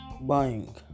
buying